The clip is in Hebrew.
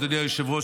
אדוני היושב-ראש,